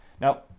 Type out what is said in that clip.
Now